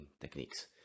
techniques